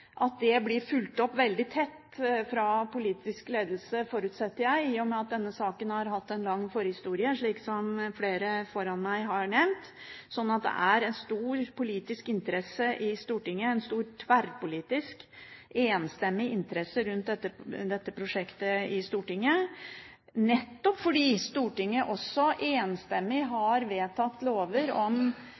At det blir fulgt opp veldig tett fra politisk ledelse, forutsetter jeg, i og med at denne saken har hatt en lang forhistorie, slik som flere før meg har nevnt. Det er altså sånn at det er stor politisk interesse i Stortinget, stor tverrpolitisk, enstemmig interesse, rundt dette prosjektet, nettopp fordi Stortinget også enstemmig har vedtatt lover om